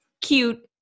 cute